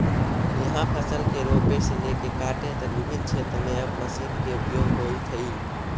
इहाँ फसल के रोपे से लेके काटे तक विभिन्न क्षेत्र में अब मशीन के उपयोग होइत हइ